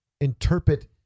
interpret